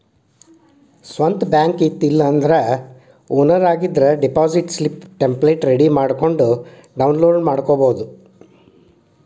ಸ್ವಂತ್ ಬ್ಯಾಂಕ್ ಇತ್ತ ಇಲ್ಲಾಂದ್ರ ಬ್ಯಾಂಕ್ ಓನರ್ ಆಗಿದ್ರ ಡೆಪಾಸಿಟ್ ಸ್ಲಿಪ್ ಟೆಂಪ್ಲೆಟ್ ರೆಡಿ ಮಾಡ್ಕೊಂಡ್ ಡೌನ್ಲೋಡ್ ಮಾಡ್ಕೊಬೋದು